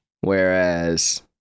Whereas